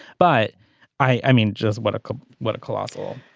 but i mean just what a what a colossal.